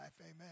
Amen